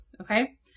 Okay